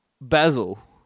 Basil